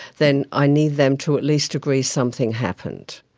then i need them to at least agree something happened.